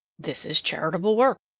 this is charitable work.